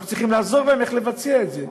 אנחנו צריכים לעזור להם לבצע את זה.